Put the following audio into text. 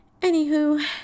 Anywho